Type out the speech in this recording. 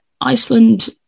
Iceland